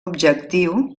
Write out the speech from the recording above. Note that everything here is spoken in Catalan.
objectiu